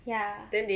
ya